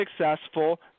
successful